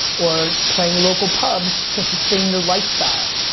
or playing local pubs to sustain your lifestyle?